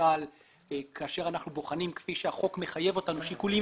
למשל כאשר אנחנו בוחנים - כפי שהחוק מחייב אותנו שיקולים